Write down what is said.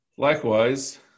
Likewise